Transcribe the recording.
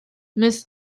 miss